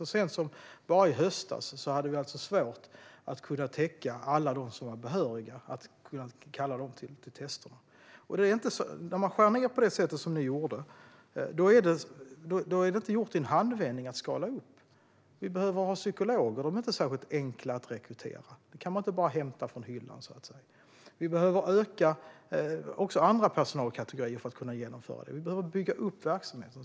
Så sent som i höstas hade vi svårt att kalla alla behöriga till tester. När man skär ned på det sätt ni gjorde är det inte gjort i en handvändning att skala upp. Vi behöver psykologer, och de är inte särskilt enkla att rekrytera. De kan inte bara hämtas från hyllan, så att säga. Vi behöver fler även i andra personalkategorier för att kunna genomföra detta. Vi behöver bygga upp verksamheten.